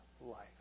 life